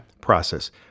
Process